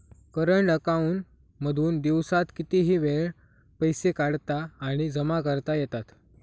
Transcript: current account मधून दिवसात कितीही वेळ पैसे काढता आणि जमा करता येतात